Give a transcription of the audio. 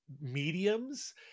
mediums